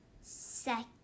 second